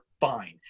fine